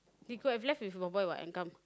he could have left with Boy Boy what and come